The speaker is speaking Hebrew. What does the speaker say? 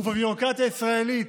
ובביורוקרטיה הישראלית,